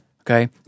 Okay